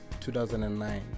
2009